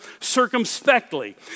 circumspectly